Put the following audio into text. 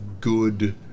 good